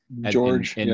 George